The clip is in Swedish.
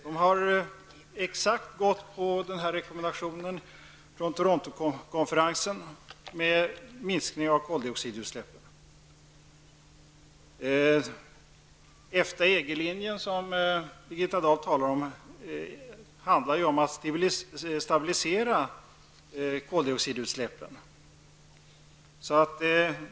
De har gått på rekommendationen för minskning av koldioxidutsläppen från Torontokonferensen. EFTA--EG-linjen som Birgitta Dahl talar om handlar om att stabilisera koldioxidutsläppen.